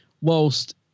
whilst